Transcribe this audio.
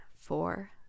four